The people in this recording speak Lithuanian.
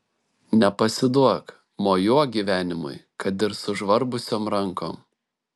nepasiduok mojuok gyvenimui kad ir sužvarbusiom rankom